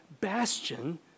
bastion